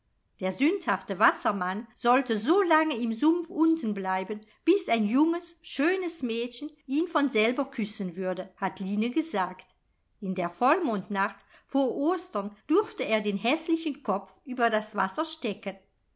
der sündhafte wassermann sollte so lange im sumpf unten bleiben bis ein junges schönes mädchen ihn von selber küssen würde hat line gesagt in der vollmondnacht vor ostern durfte er den häßlichen kopf über das wasser stecken